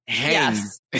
yes